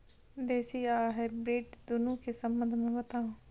देसी आ हाइब्रिड दुनू के संबंध मे बताऊ?